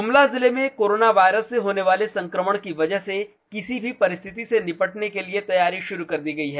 ग्मला जिले में corona virus से होने वाले संक्रमण की वजह से किसी भी परिस्थिति से निपटने के लिए तैयारी शुरू कर दी है